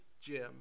Jim